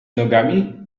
nogami